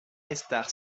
estar